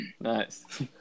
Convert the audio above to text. Nice